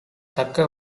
தக்க